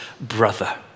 brother